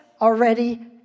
already